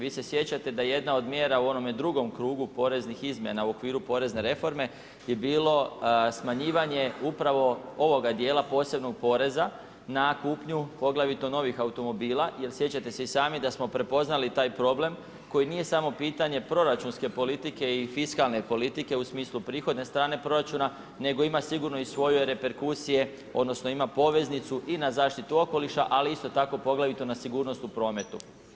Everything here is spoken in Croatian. Vi se sjećate da je jedna od mjera u onome drugome krugu poreznih izmjena u okviru porezne reforme je bilo smanjivanje upravo ovoga djela posebnog poreza na kupnju poglavito novih automobila jer sjećate se i sami da smo prepoznali taj problem koji nije samo pitanje proračunske politike i fiskalne politike u smislu prihodne strane proračuna nego ima sigurno i svoje reperkusije odnosno poveznicu i na zaštitu okoliša isto tako poglavito na sigurnost u prometu.